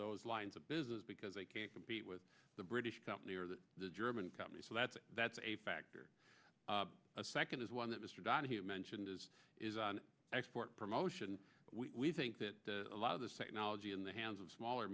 those lines of business because they can't compete with the british company or the german company so that's that's a factor a second is one that mr donohue mentioned is is on export promotion we think that a lot of the same knowledge in the hands of small